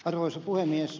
arvoisa puhemies